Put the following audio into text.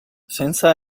senza